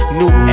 new